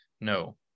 No